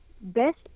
best